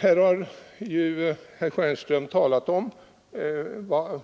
Herr Stjernström har talat om